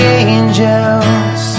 angels